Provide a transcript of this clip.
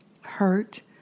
hurt